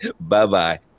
Bye-bye